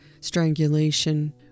strangulation